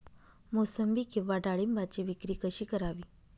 मोसंबी किंवा डाळिंबाची विक्री कशी करावी?